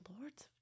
Lords